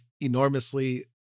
enormously